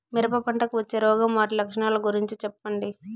మిరప పంటకు వచ్చే రోగం వాటి లక్షణాలు గురించి చెప్పండి?